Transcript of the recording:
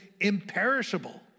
imperishable